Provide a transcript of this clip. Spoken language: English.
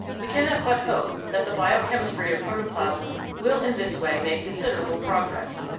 we cannot but hope that the bio chemistry of protoplasm will in this way make con siderable progress.